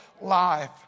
life